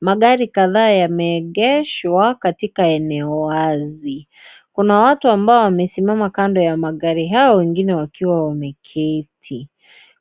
Magari kadhaa yameegeshwa katika eneo wazi, kuna watu ambao wamesimama kando ya magari hao wengine wakiwa wameketi,